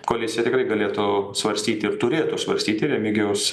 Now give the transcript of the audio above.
koalicija tikrai galėtų svarstyti ir turėtų svarstyti remigijaus